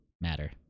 matter